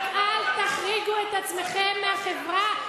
רק אל תחריגו את עצמכם מהחברה.